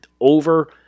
over